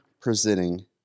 presenting